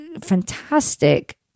fantastic